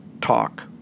talk